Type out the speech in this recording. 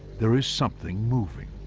there is something moving.